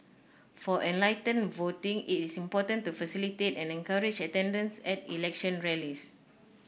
for enlightened voting it is important to facilitate and encourage attendance at election rallies